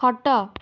ଖଟ